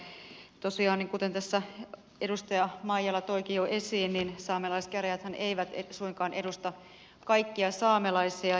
mutta tosiaan kuten tässä edustaja maijala toikin jo esiin saamelaiskäräjäthän eivät suinkaan edusta kaikkia saamelaisia